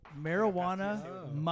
marijuana